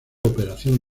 operación